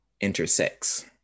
intersects